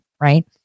right